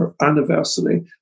anniversary